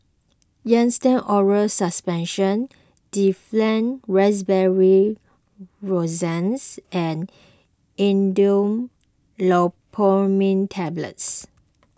Nystatin Oral Suspension Difflam Raspberry Lozenges and Imodium Loperamide Tablets